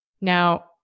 Now